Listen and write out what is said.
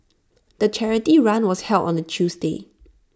the charity run was held on A Tuesday